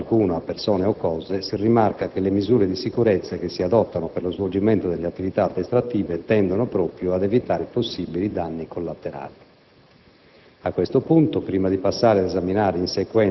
Nel ribadire che l'incidente non ha causato danno alcuno a persone o cose, si rimarca che le misure di sicurezza che si adottano per lo svolgimento delle attività addestrative tendono proprio ad evitare possibili danni collaterali.